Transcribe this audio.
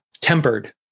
tempered